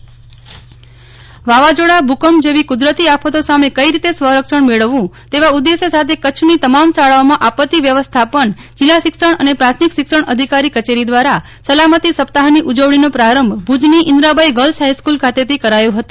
નેહ્લ ઠક્કર ભુજ શાળામાં સલામતી સપ્તાહ્ વાવાઝોડા ભૂકંપ જેવી કુદરતી આફતો સામે કઈ રીતે સ્વરક્ષણ મેળવવું તેવા ઉદેશ્ય સાથે કચ્છની તમામ શાળાઓમાં આપત્તિ વ્યવસ્થાપન જિલ્લા શિક્ષણ અને પ્રાથમિક શિક્ષણાધિકારી કચેરી દ્વારા સલામતી સપ્તાફની ઉજવણીનો પ્રારંભ ભુજની ઈન્દ્રાબાઈ ગર્લ્સ ફાઈસ્કૂલ ખાતેથી કરાયો ફતો